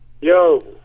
Yo